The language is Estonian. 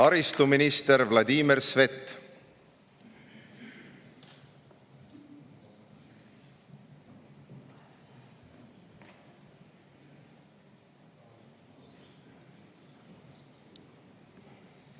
Taristuminister Vladimir Svet.